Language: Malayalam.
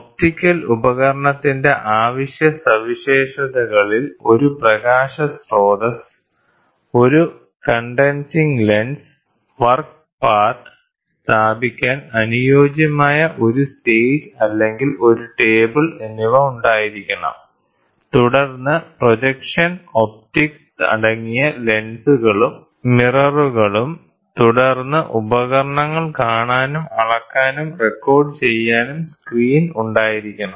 ഒപ്റ്റിക്കൽ ഉപകരണത്തിന്റെ അവശ്യ സവിശേഷതകളിൽ ഒരു പ്രകാശ സ്രോതസ്സ് ഒരു കണ്ടൻസിംഗ് ലെൻസ് വർക്ക് പാർട്ട് സ്ഥാപിക്കാൻ അനുയോജ്യമായ ഒരു സ്റ്റേജ് അല്ലെങ്കിൽ ഒരു ടേബിൾ എന്നിവ ഉണ്ടായിരിക്കണം തുടർന്ന് പ്രൊജക്ഷൻ ഒപ്റ്റിക്സ് അടങ്ങിയ ലെൻസുകളും മിററുകളും തുടർന്ന് ഉപകരണങ്ങൾ കാണാനും അളക്കാനും റെക്കോർഡു ചെയ്യാനും സ്ക്രീൻ ഉണ്ടായിരിക്കണം